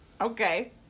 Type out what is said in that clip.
Okay